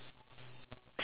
surfboard